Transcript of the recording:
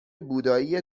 بودایی